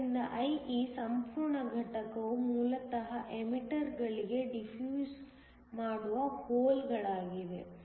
ಆದ್ದರಿಂದ IE ಸಂಪೂರ್ಣ ಘಟಕವು ಮೂಲತಃ ಎಮಿಟರ್ ಗಳಿಗೆ ಡಿಫ್ಯೂಸ್ ಮಾಡುವ ಹೋಲ್ಗಳಾಗಿವೆ